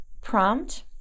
prompt